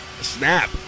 snap